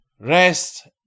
Rest